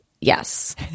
Yes